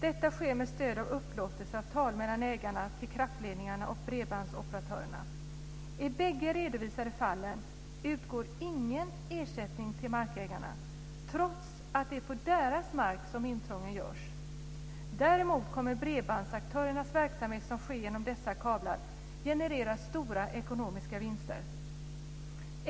Detta sker med stöd av upplåtelseavtal mellan ägarna till kraftledningarna och bredbandsoperatörerna. I bägge de redovisade fallen utgår ingen ersättning till markägarna trots att det är på deras mark som intrången görs. Däremot kommer bredbandsaktörernas verksamhet, som sker genom dessa kablar, att generera stora ekonomiska vinster.